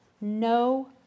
no